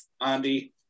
Andy